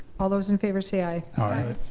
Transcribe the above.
all those in favor say aye. aye.